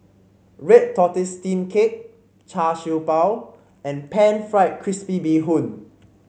Red Tortoise Steamed Cake Char Siew Bao and pan fried crispy Bee Hoon